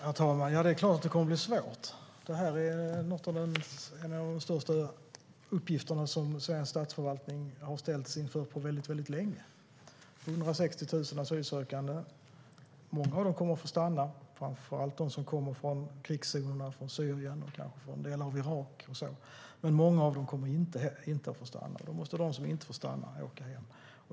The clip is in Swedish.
Herr talman! Ja, det är klart att det kommer att bli svårt. Detta är en av de största uppgifterna som svensk statsförvaltning har ställts inför på väldigt länge. Vi har 160 000 asylsökande. Många kommer att få stanna, framför allt de som kommer från krigszonerna i Syrien och delar av Irak. Många kommer dock inte att få stanna och måste åka hem.